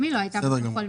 גם היא לא הייתה בכחול.